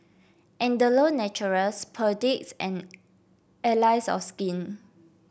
Andalou Naturals Perdix and Allies of Skin